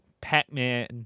Pac-Man